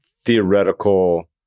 theoretical